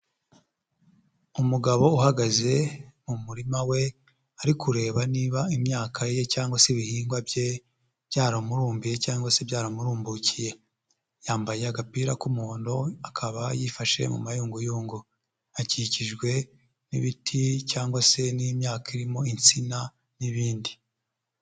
Umugabo uhagaze mu murima we, ari kureba niba imyaka ye cyangwa se ibihingwa bye byaramurumbiye cyangwa se byaramurumbukiye, yambaye agapira k'umuhondo akaba yifashe mu mayunguyungo, akikijwe n'ibiti cyangwa se n'imyaka irimo insina n'ibindi.